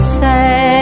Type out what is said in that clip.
say